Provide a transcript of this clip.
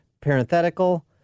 Parenthetical